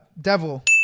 devil